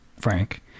frank